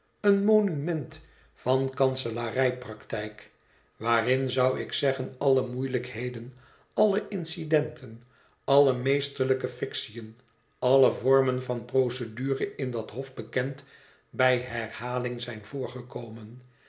een monument van kanselarijpraktijk waarin zou ik zeggen alle moeielijkheden alle incidenten alle meesterlijke fictiën alle vormen van procedure in dat hof bekend bij herhaling zijn voorgekomen